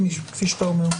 כפי שאתה אומר.